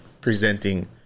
presenting